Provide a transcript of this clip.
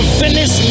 finish